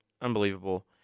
Unbelievable